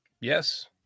Yes